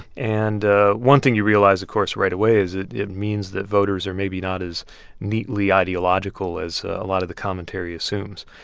and one thing you realize, of course, right away is that it means that voters are maybe not as neatly ideological as a lot of the commentary assumes.